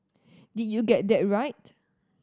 did you get that right